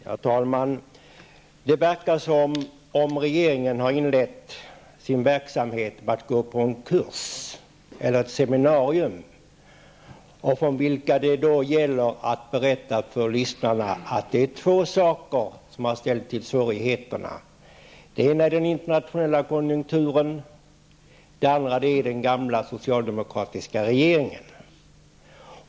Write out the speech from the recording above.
Herr talman! Det verkar som om regeringen har inlett sin verksamhet med att gå på kurs eller seminarium i att berätta för lyssnarna att det är två saker som har ställt till med svårigheterna. Den ena är den internationella konjunkturen, och den andra är den gamla socialdemokratiska regeringen.